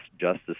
Justice